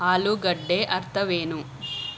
ಆಲೂಗಡ್ಡೆ ಅರ್ಥವೇನು